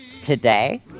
Today